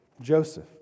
Joseph